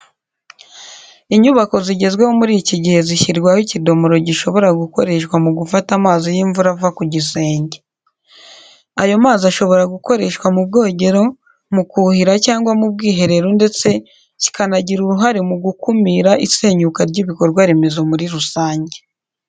Inyubako zigwezeho muri iki gihe zishyirwaho ikidomoro gishobora gukoreshwa mu gufata amazi y'imvura ava ku gisenge. Ayo mazi ashobora gukoreshwa mu bwogero, mu kuhira, cyangwa mu bwiherero ndetse kikanagira uruhare mu gukumira isenyuka ry'ibikorwaremezo muri rusange.